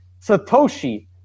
satoshi